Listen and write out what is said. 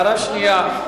הערה שנייה,